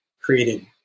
created